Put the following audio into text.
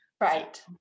right